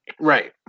Right